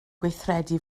gweithredu